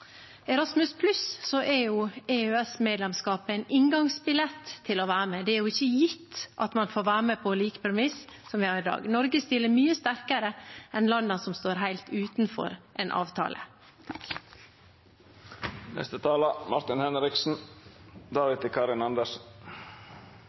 Erasmus+: EØS-medlemskapet er jo en inngangsbillett til å være med. Det er ikke gitt at vi får være med på de samme premissene som i dag. Norge stiller mye sterkere enn landene som står helt utenfor en avtale.